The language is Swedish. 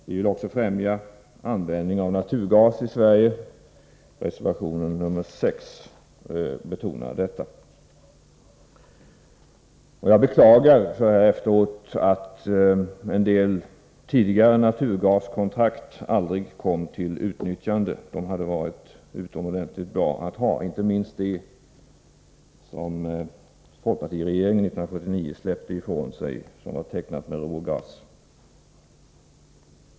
Vi vill också främja användningen av naturgas i Sverige. Reservation nr 6 betonar detta. Jag beklagar så här efteråt att en del tidigare naturgaskontrakt aldrig kom till utnyttjande. De hade varit utomordentligt bra att ha, inte minst det rågaskontrakt som folkpartiregeringen lät gå ifrån sig 1979.